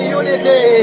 unity